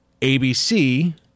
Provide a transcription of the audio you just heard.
ABC